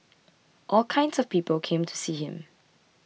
all kinds of people came to see him